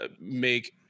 make